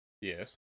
Yes